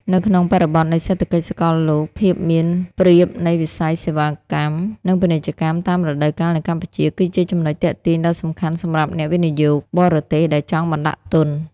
នៅក្នុងបរិបទនៃសេដ្ឋកិច្ចសកលលោក ភាពមានប្រៀបនៃវិស័យសេវាកម្ម និងពាណិជ្ជកម្មតាមរដូវកាលនៅកម្ពុជា គឺជាចំណុចទាក់ទាញដ៏សំខាន់សម្រាប់អ្នកវិនិយោគបរទេសដែលចង់បណ្តាក់ទុន។